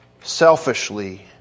selfishly